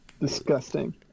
disgusting